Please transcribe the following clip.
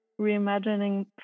reimagining